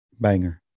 Banger